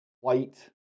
white